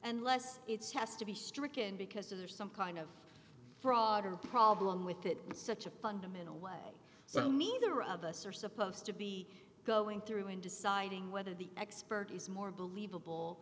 and less it's has to be stricken because there's some kind of broader problem with it such a fundamental way so neither of us are supposed to be going through in deciding whether the expert is more believable